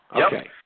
Okay